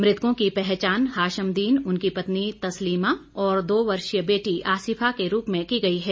मृतकों की पहचान हाशमदीन उनकी पत्नी तसलीमा और दो वर्षीय बेटी आसिफा के रूप में की गई है